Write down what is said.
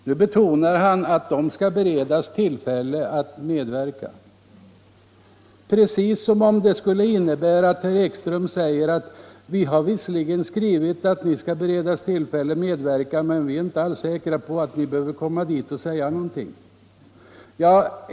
Nu betonar herr Ekström att de skall beredas tillfälle att medverka, precis som om det skulle innebära att herr Ekström säger: Vi har visserligen skrivit att ni skall beredas tillfälle att medverka, men vi är inte alls säkra på att ni behöver komma dit och säga något.